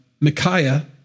Micaiah